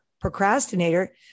procrastinator